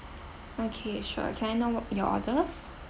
okay sure can I know what your orders